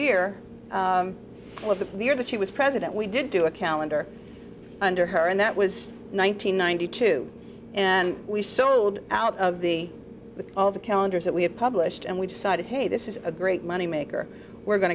year that she was president we did do a calendar under her and that was one nine hundred ninety two and we sold out of the all of the calendars that we have published and we decided hey this is a great money maker we're going